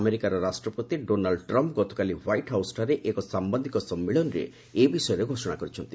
ଆମେରିକାର ରାଷ୍ଟ୍ରପତି Donald Trump ଗତକାଲି ହ୍ୱାଇଟ୍ ହାଉସ୍ଠାରେ ଏକ ସାମ୍ବାଦିକ ସମ୍ମିଳନୀରେ ଏ ବିଷୟରେ ଘୋଷଣା ଦେଇଛନ୍ତି